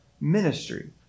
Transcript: ministry